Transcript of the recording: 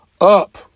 up